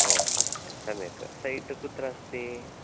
अस्तु सम्यक् सैट् कुत्र अस्ति